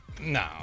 No